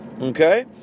okay